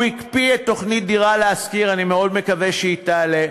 הוא הקפיא את תוכנית "דירה להשכיר" אני מאוד מקווה שהיא תעלה,